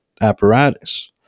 apparatus